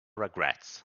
regrets